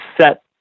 set